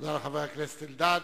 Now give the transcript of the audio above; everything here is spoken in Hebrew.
תודה לחבר הכנסת אלדד.